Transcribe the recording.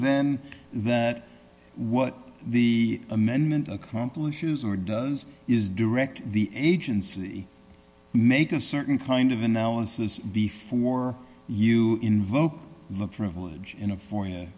then that what the amendment accomplishes or does is direct the agency make a certain kind of analysis before you invoke look for a village in a fo